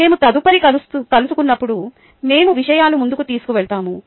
మేము తదుపరి కలుసుకున్నప్పుడు మేము విషయాలు ముందుకు తీసుకువెళతాము